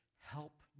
Help